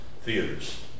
theaters